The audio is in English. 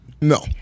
no